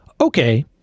okay